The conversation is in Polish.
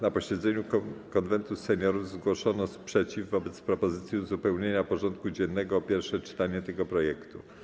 Na posiedzeniu Konwentu Seniorów zgłoszono sprzeciw wobec propozycji uzupełnienia porządku dziennego o pierwsze czytanie tego projektu.